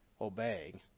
obeying